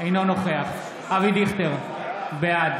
אינו נוכח אבי דיכטר, בעד